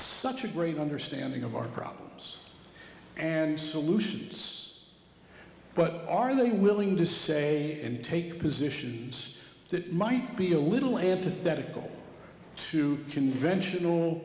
such a great understanding of our problems and solutions but are they willing to say and take positions that might be a little antithetical to conventional